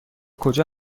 کجا